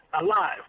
Alive